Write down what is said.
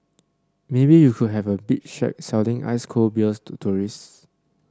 maybe you could have a beach shack selling ice cold beers to tourists